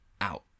out